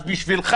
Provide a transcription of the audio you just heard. אז בשבילך,